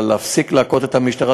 אבל תפסיקו להכות את המשטרה,